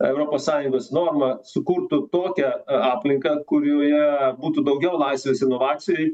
europos sąjungos normą sukurtų tokią aplinką kurioje būtų daugiau laisvės inovacijai